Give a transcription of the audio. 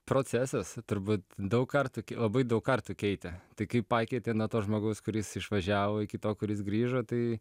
procesas turbūt daug kartų labai daug kartų keitė tai kaip pakeitė nuo to žmogaus kuris išvažiavo iki to kuris grįžo tai